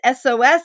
SOS